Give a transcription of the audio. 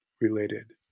related